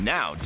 Now